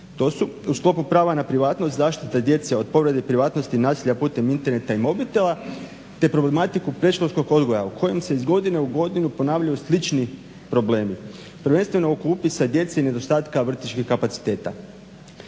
To su u sklopu prava na privatnost zaštite djece od povrede privatnosti i nasilja putem interneta i mobitela te problematiku predškolskog odgoja u kojem se iz godine u godinu ponavljaju slični problemi, prvenstveno oko upisa djece i nedostatka vrtićkih kapaciteta.